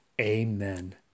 Amen